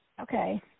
Okay